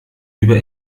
über